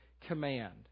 command